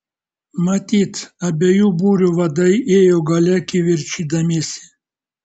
matyt abiejų būrių vadai ėjo gale kivirčydamiesi